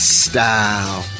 style